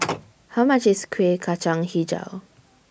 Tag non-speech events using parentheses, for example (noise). (noise) How much IS Kueh Kacang Hijau